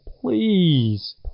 please